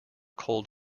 cold